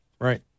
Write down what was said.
Right